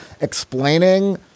explaining